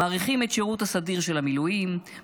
מאריכים את השירות הסדיר של החיילים,